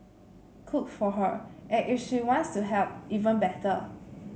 cook for her and if she wants to help even better